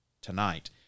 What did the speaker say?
tonight